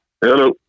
hello